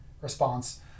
response